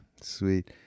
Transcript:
sweet